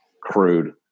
crude